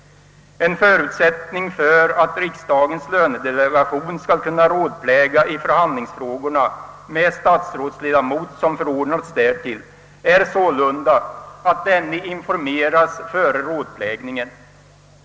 En förutsättning för att riksdagens lönedelegation skall kunna rådpläga i förhandlingsfrågorna med statsrådsledamot som förordnats därtill är sålunda att denne informeras före rådplägningen.